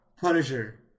Punisher